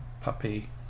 puppy